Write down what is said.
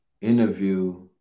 interview